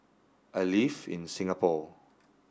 I live in Singapore